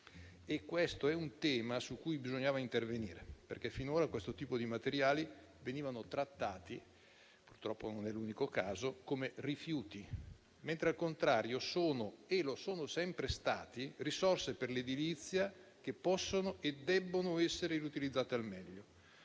Questo è un tema su cui bisognava intervenire, perché finora questi materiali sono stati trattati come rifiuti - purtroppo non è l'unico caso - mentre al contrario sono e sono sempre stati risorse per l'edilizia, che possono e debbono essere riutilizzate al meglio.